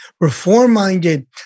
reform-minded